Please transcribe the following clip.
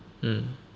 mm